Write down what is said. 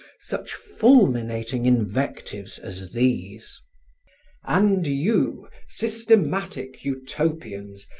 such fulminating invectives as these and you, systematic utopians,